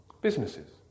businesses